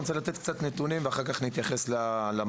אני רוצה לתת קצת נתונים ואחר כך נתייחס למחסור.